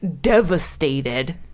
devastated